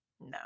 no